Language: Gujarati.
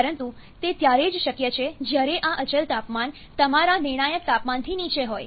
પરંતુ તે ત્યારે જ શક્ય છે જ્યારે આ અચલ તાપમાન તમારા નિર્ણાયક તાપમાનથી નીચે હોય